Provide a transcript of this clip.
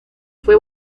fue